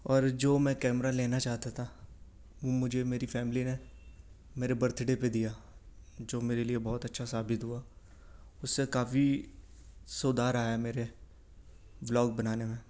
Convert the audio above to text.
اور جو میں کیمرہ لینا چاہتا تھا مجھے میری فیملی نے میرے برتھ ڈے پے دیا جو میرے لیے بہت اچھا ثابت ہوا اس سے کافی سدھار آیا میرے بلاگ بنانے میں